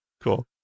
Cool